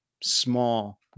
small